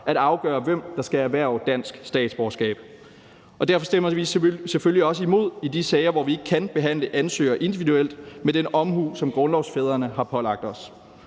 at afgøre, hvem der skal erhverve dansk statsborgerskab, og derfor stemmer vi selvfølgelig også imod i de sager, hvor vi ikke kan behandle ansøgere individuelt med den omhu, som grundlovsfædrene har pålagt os.